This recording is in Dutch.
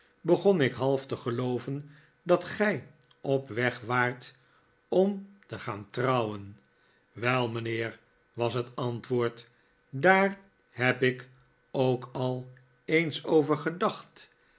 begon ik half te gelooven dat gij op weg waart om te gaan trouwen wel mijnheer was het antwoord daar heb ik ook al eens over gedacht